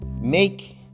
make